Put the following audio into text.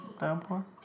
downpour